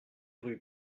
rue